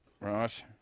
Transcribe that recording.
Right